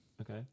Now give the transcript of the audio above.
okay